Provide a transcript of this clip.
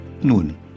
Nun